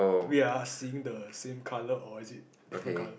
we're seeing the same colour or is it different colour